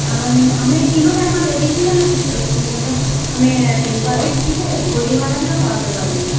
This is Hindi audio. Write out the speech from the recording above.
मैम हमें तीनों सैंपल दे दीजिए ना मैम एक मतलब हमें ड्रिंक वाला भी चाहिए गोली वाला भी और पाउडर वाला भी